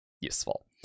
useful